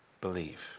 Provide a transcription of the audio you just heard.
believe